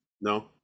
No